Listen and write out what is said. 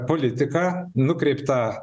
politiką nukreiptą